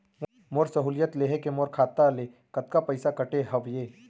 मोर सहुलियत लेहे के मोर खाता ले कतका पइसा कटे हवये?